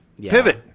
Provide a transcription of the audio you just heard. Pivot